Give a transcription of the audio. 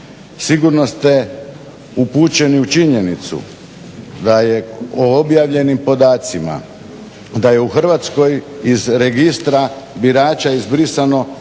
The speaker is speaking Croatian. sigurno ste upućeni u činjenicu da je po objavljenim podacima da je u Hrvatskoj iz Registra birača izbrisano